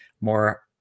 more